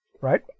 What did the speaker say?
right